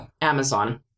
amazon